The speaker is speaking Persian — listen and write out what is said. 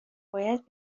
باید